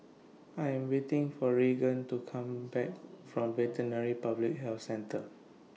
I Am waiting For Regan to Come Back from Veterinary Public Health Centre